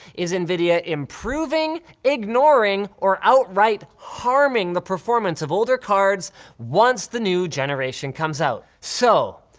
is nvidia improving, ignoring, or outright harming the performance of older cards once the new generation comes out? so,